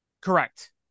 Correct